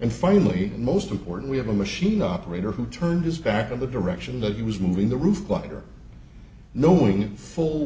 and finally most importantly have a machine operator who turned his back on the direction that he was moving the roof clutter knowing full